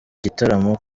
gitaramo